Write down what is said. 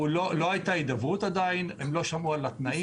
לא הייתה הידברות עדיין, הם לא שמעו על התנאים.